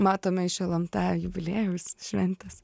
matome iš lmta jubiliejaus šventės